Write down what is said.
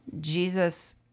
Jesus